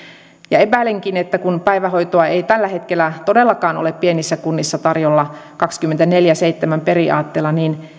epäilenkin että kun päivähoitoa ei tällä hetkellä todellakaan ole pienissä kunnissa tarjolla kaksikymmentäneljä kautta seitsemän periaatteella niin